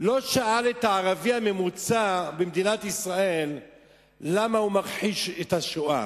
לא שאל את הערבי הממוצע במדינת ישראל למה הוא מכחיש את השואה,